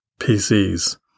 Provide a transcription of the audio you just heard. PCs